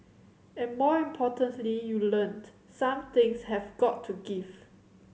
and more importantly you learn some things have got to give